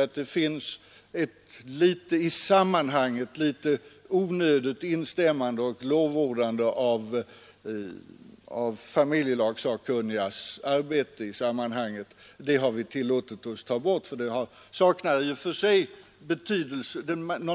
Jag tycker sålunda att det i betänkandet finns ett onödigt instämmande i och lovordande av familjelagsakkunnigas arbete. Det har vi tillåtit oss ta bort. Det saknar i och för sig